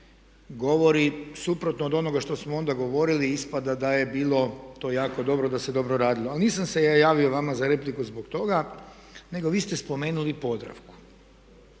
govori suprotno od onoga što smo onda govorili, ispada da je bilo to jako dobro, da se dobro radilo. Ali nisam se ja javio vama za repliku zbog toga nego vi ste spomenuli Podravku.